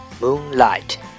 Moonlight